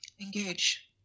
Engage